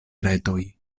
retoj